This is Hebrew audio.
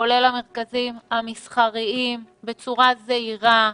כולל המרכזים המסחריים בצורה זהירה,